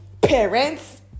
parents